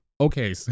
Okay